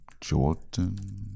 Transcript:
Jordan